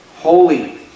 holy